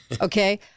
Okay